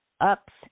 Ups